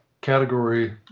category